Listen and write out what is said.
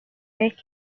vez